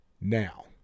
Now